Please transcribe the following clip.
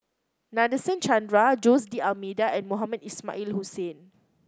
Nadasen Chandra Jose D'Almeida and Mohamed Ismail Hussain